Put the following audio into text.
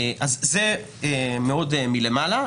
זה מלמעלה,